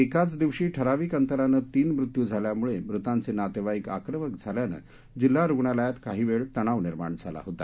एकाच दिवशी ठराविक अंतरानं तीन मृत्यू झाल्यामुळे मृतांचे नातेवाईक आक्रमक झाल्यानं जिल्हा रुग्णालयात काही वेळ तणाव निर्माण झाला होता